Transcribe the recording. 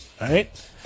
right